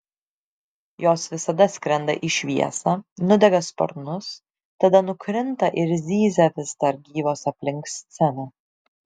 jos visada skrenda į šviesą nudega sparnus tada nukrinta ir zyzia vis dar gyvos aplink sceną